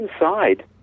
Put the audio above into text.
inside